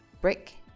brick